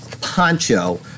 poncho